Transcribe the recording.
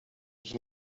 ich